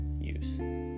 use